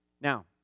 Now